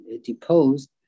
deposed